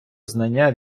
знання